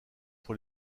pour